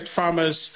farmers